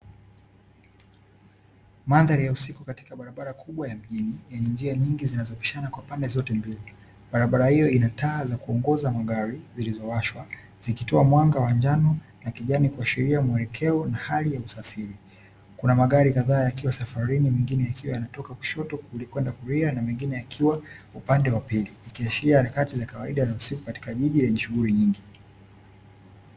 Mandhari ya usiku katika barabara kubwa ya mjini, yenye njia nyingi zinazopishana kwa pande zote mbili. Barabara hiyo ina taa za kuongoza magari, zilizowashwa, zikitoa mwanga wa njano na kijani kuashiria mwelekeo na hali ya usafiri. Kuna magari kadhaa yakiwa safarini, mengine yakiwa yanatoka kushoto kwenda kulia na mengine yakiwa upande wa pili, ikiashiria nyakati za kawaida za usiku katika jiji lenye shughuli nyingi.